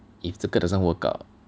if 这个 doesn't work out